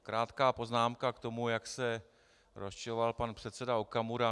Krátká poznámka k tomu, jak se rozčiloval pan předseda Okamura.